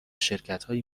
شرکتهایی